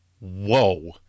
Whoa